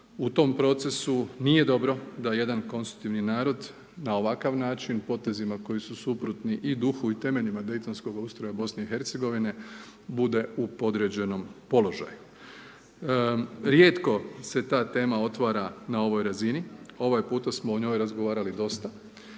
u tom procesu nije dobro da jedan konstitutivni narod na ovakav način potezima koji su suprotni i duhu i temeljima Daytonskoga ustroja BiH-a bude u podređenom položaju. Rijetko se ta tema otvara na ovoj razini ovaj puta smo o njoj razgovarali dosta